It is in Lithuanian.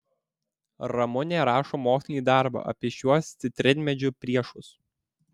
ramunė rašo mokslinį darbą apie šiuos citrinmedžių priešus